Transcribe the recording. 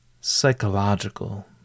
psychological